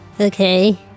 okay